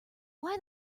why